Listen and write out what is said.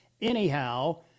Anyhow